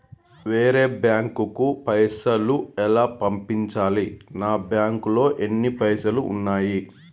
వేరే బ్యాంకుకు పైసలు ఎలా పంపించాలి? నా బ్యాంకులో ఎన్ని పైసలు ఉన్నాయి?